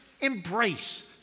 embrace